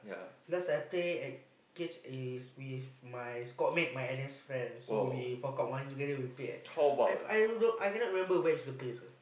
last I play at cage is with my squad mate my N_S friends so we fork out money together we play at I don't know I cannot even remember where the place at sir